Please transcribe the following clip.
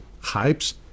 hypes